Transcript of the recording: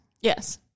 yes